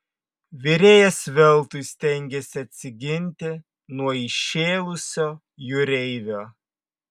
virėjas veltui stengėsi atsiginti nuo įšėlusio jūreivio